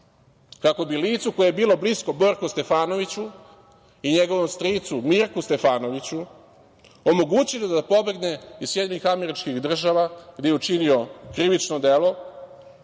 kako bi licu koje je bilo blisko Borku Stefanoviću i njegovom stricu Mirku Stefanoviću omogućilo da pomogne iz SAD kada je učinio krivično delo